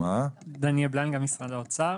דניאל בלנגה, משרד האוצר.